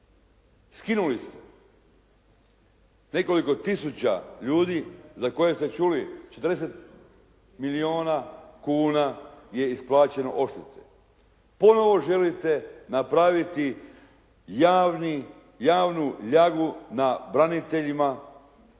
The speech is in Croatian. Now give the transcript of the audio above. Skinuli ste nekoliko tisuća ljudi za koje ste čuli 40 milijuna kuna je isplaćeno odštete. Ponovno želite napraviti javnu ljagu na braniteljima kao